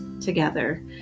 together